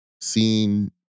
seeing